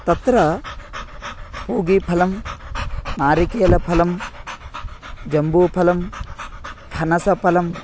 तत्र पूगीफलं नारिकेलफलं जम्बूफलं पनसफलम्